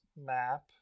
map